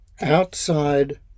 Outside